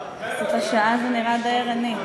זה נראה די ערני.